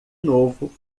novo